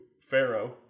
Pharaoh